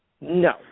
No